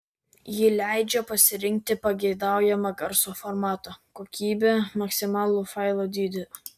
ji leidžia pasirinkti pageidaujamą garso formatą kokybę maksimalų failo dydį